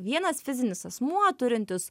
vienas fizinis asmuo turintis